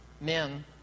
men